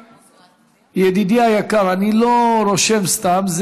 ידידי היקר, אני לא רושם סתם.